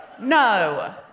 No